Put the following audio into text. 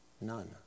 none